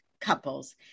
couples